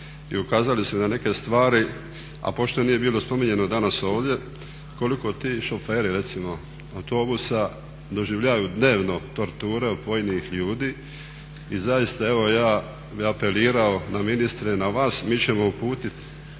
ukazali su na neke stvari. A pošto nije bilo spominjano danas ovdje koliko ti šoferi recimo autobusa doživljavaju dnevno torture od pojedinih ljudi. I zaista evo ja bih apelirao na ministre, na vas, mi ćemo i uputiti